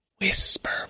Whisper